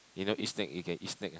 they don't eat snake you can eat snake ah